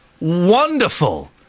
wonderful